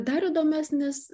dar įdomesnis